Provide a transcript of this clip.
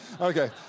Okay